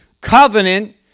covenant